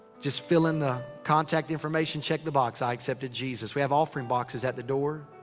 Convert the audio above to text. just fill in the contact information. check the box i accepted jesus. we have offering boxes at the door.